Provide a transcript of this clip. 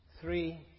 three